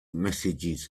messages